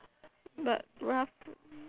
but Ralph